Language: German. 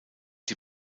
die